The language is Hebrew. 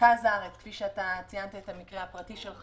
במרכז הארץ כפי שציינת במקרה הפרטי שלך,